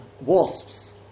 wasps